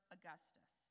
Augustus